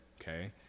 okay